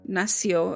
nació